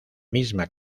misma